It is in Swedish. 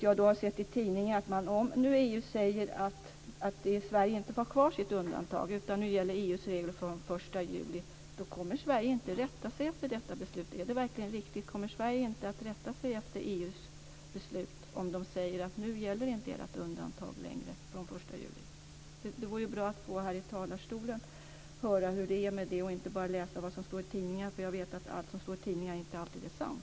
Jag har sett i tidningar att om EU nu säger att Sverige inte får ha kvar sitt undantag och att EU:s regler ska gälla från den 1 juli så kommer Sverige inte att rätta sig efter detta beslut. Är det verkligen riktigt? Kommer Sverige inte att rätta sig efter EU:s beslut om man säger att vårt undantag inte längre gäller från den 1 juli? Det vore bra att få höra här i talarstolen hur det är med det i stället för att bara läsa vad som står i tidningarna, för jag vet att allt som står i tidningarna inte alltid är sant.